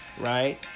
right